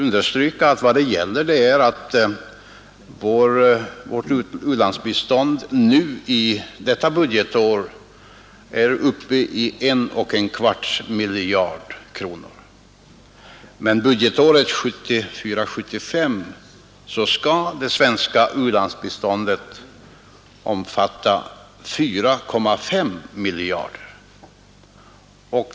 Jag vill understryka att vårt u-landsbistånd detta budgetår är uppe i 1,25 miljarder kronor, och vad det gäller är att det svenska u-landsbiståndet budgetåret 1974/75 skall omfatta 4,5 miljarder kronor.